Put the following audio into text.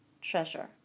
treasure